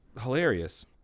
hilarious